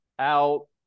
out